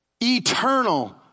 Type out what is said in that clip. eternal